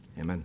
amen